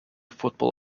football